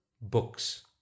Books